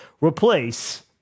replace